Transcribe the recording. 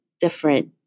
different